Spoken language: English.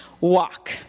walk